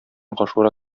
гашура